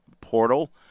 portal